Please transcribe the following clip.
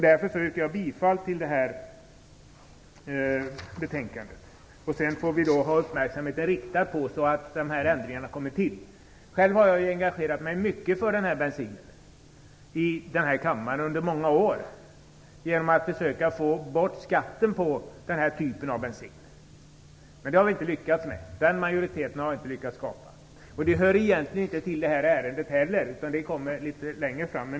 Därför yrkar jag bifall till hemställan i betänkandet. Vi får ha uppmärksamheten riktad på att ändringarna kommer till. Själv har jag engagerat mig mycket för att försöka få bort skatten på denna typ av bensin i kammaren under många år, men det har inte lyckats. Den majoriteten har jag inte lyckats skapa. Det hör egentligen inte till detta ärende, utan det tas upp litet längre fram.